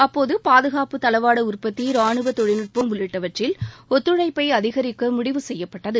அப்போது பாதுகாப்புத் தளவாட உற்பத்தி ரானுவ தொழில்நுட்பம் உள்ளிட்டவற்றில் ஒத்துழைப்பை அதிகரிக்க முடிவு செய்யப்பட்டது